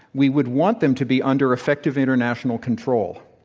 we would want them to be under effective international control.